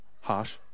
harsh